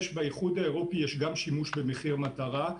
באיחוד האירופי יש גם שימוש במחיר מטרה.